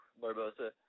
Barbosa